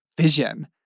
vision